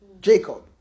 Jacob